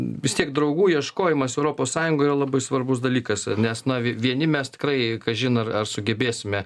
vis tiek draugų ieškojimas europos sąjungoje labai svarbus dalykas nes na vieni mes tikrai kažin ar ar sugebėsime